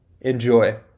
Enjoy